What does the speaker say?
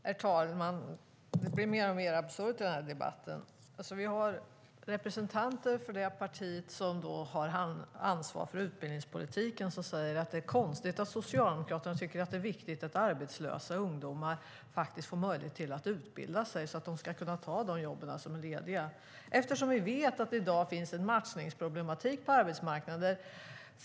Herr talman! Det blir mer och mer absurt i den här debatten. Representanter för det parti som har ansvar för utbildningspolitiken säger att det är konstigt att Socialdemokraterna tycker att det är viktigt att arbetslösa ungdomar får möjlighet att utbilda sig för att kunna ta de jobb som är lediga. Vi vet att det i dag finns en matchningsproblematik på arbetsmarknaden.